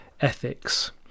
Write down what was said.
ethics